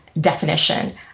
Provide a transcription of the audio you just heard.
definition